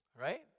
Right